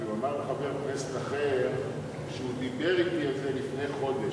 כי הוא אמר לחבר כנסת אחר שהוא דיבר אתי על זה לפני חודש.